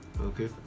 Okay